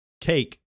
cake